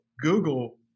Google